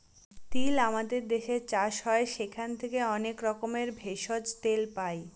তিল আমাদের দেশে চাষ হয় সেখান থেকে অনেক রকমের ভেষজ, তেল পাই